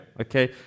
okay